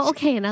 Okay